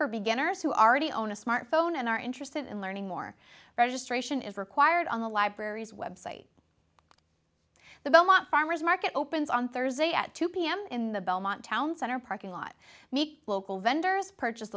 for beginners who are already on a smartphone and are interested in learning more registration is required on the library's web site the belmont farmer's market opens on thursday at two pm in the belmont town center parking lot meet local vendors purchase